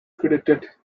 credited